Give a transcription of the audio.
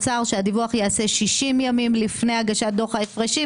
מוקדם משישה חודשים לפני תחילתה של אותה שנת כספים.